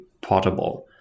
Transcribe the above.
portable